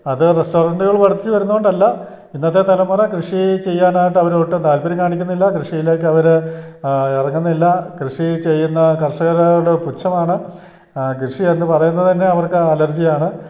അത് റെസ്റ്റോറൻ്റുകൾ പഠിച്ച് വരുന്നതുകൊണ്ടല്ല ഇന്നത്തെ തലമുറ കൃഷി ചെയ്യാനായിട്ട് അവരൊട്ടും താൽപര്യം കാണിക്കുന്നില്ല കൃഷിയിലേക്കവർ ഇറങ്ങുന്നില്ല കൃഷി ചെയ്യുന്ന കർഷകരോട് പുച്ഛമാണ് കൃഷി എന്നു പറയുന്നത് തന്നെ അവർക്ക് അലർജിയാണ്